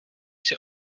jsi